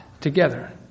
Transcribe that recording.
together